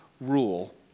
rule